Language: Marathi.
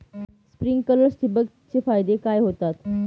स्प्रिंकलर्स ठिबक चे फायदे काय होतात?